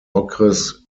okres